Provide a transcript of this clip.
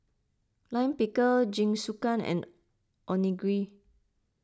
Lime Pickle Jingisukan and Onigiri